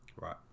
right